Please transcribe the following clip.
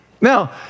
Now